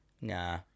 Nah